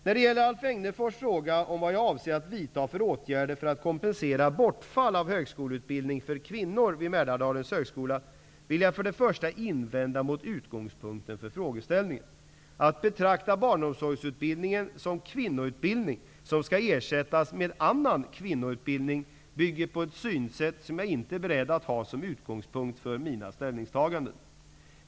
När det gäller Alf Egnerfors fråga om vad jag avser att vidta för åtgärder för att kompensera bortfall av högskoleutbildning för kvinnor vid Mälardalens högskola, vill jag för det första invända mot utgångspunkten för frågeställningen. Att betrakta barnomsorgsutbildningen som kvinnoutbildning som skall ersättas med annan ''kvinnoutbildning'' bygger på ett synsätt som jag inte är beredd att ha som utgångspunkt för mina ställningstaganden.